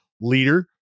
leader